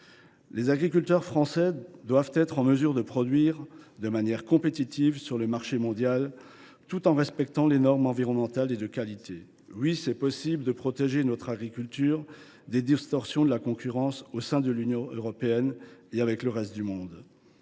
Les agriculteurs français doivent être en mesure de produire de manière compétitive sur le marché mondial, tout en respectant les normes environnementales et de qualité. Oui, il est possible de protéger notre agriculture des distorsions de concurrence qui ont cours au sein de l’Union européenne et avec le reste du monde